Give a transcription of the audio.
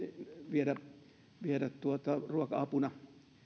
viedä viedä ruoka apuna